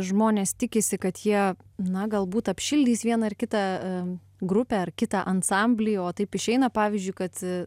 žmonės tikisi kad jie na galbūt apšildys vieną ar kitą grupę ar kitą ansamblį o taip išeina pavyzdžiui kad